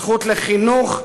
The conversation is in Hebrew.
זכות לחינוך,